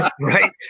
Right